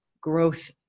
growth